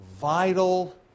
vital